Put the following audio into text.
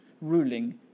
ruling